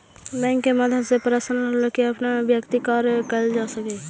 bank के माध्यम से पर्सनल लोन लेके अपन व्यक्तिगत कार्य कैल जा सकऽ हइ